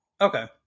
Okay